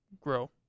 grow